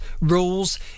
rules